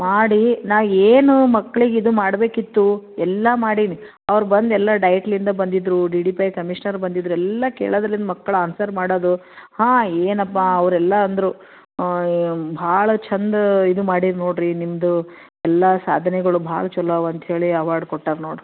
ಮಾಡಿ ನಾನು ಏನು ಮಕ್ಕಳಿಗೆ ಇದು ಮಾಡಬೇಕಿತ್ತು ಎಲ್ಲ ಮಾಡೀನಿ ಅವ್ರು ಬಂದೆಲ್ಲ ಡಯಟ್ಳಿಂದ ಬಂದಿದ್ದರು ಡಿ ಡಿ ಪೈ ಕಮಿಷ್ನರ್ ಬಂದಿದ್ದರು ಎಲ್ಲ ಕೇಳೋದ್ರಲ್ಲಿ ಮಕ್ಳು ಆನ್ಸರ್ ಮಾಡೋದು ಹಾಂ ಏನಪ್ಪ ಅವ್ರು ಎಲ್ಲ ಅಂದರು ಭಾಳ ಚೆಂದ ಇದು ಮಾಡಿ ನೋಡಿರಿ ನಿಮ್ಮದು ಎಲ್ಲ ಸಾಧನೆಗಳು ಭಾಳ ಚಲೋ ಅವ ಅಂಥೇಳಿ ಅವಾರ್ಡ್ ಕೊಟ್ಟಾರ ನೋಡಿರಿ